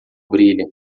brilha